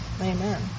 Amen